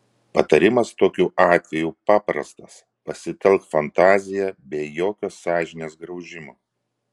patarimas tokiu atveju paprastas pasitelk fantaziją be jokio sąžinės graužimo